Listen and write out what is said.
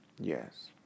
Yes